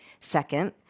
Second